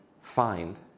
find